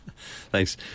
Thanks